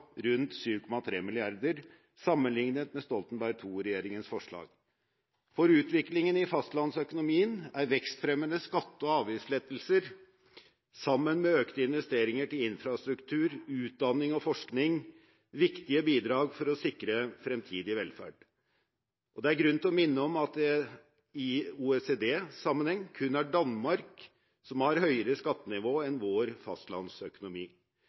rundt 7,3 mrd. kr sammenlignet med Stoltenberg II-regjeringens forslag. For utviklingen i fastlandsøkonomien er vekstfremmende skatte- og avgiftslettelser, sammen med økte investeringer til infrastruktur, utdanning og forskning, viktige bidrag for å sikre fremtidig velferd. Det er grunn til å minne om at det i OECD-sammenheng kun er Danmark som har høyere skattenivå enn vår fastlandsøkonomi.